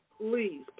please